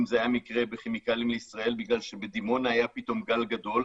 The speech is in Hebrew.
היה מקרה בכימיקלים לישראל בגלל שבדימונה היה פתאום גל גדול,